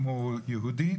אם הוא יהודי,